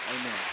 Amen